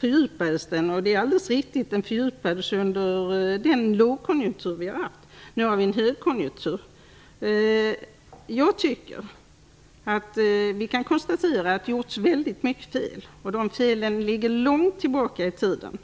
fördjupades den. Det är alldeles riktigt att den fördjupades under den lågkonjunktur som vi hade. Nu har vi högkonjunktur. Vi kan konstatera att det har gjorts väldigt många fel, och de felen ligger långt tillbaka i tiden.